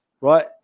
right